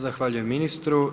Zahvaljujem ministru.